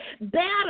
better